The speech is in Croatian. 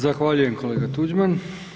Zahvaljujem kolega Tuđman.